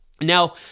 Now